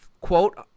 quote